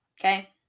okay